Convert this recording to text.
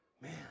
Man